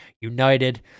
United